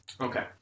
Okay